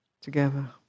together